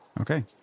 Okay